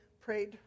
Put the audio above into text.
prayed